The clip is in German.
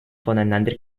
voneinander